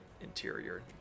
interior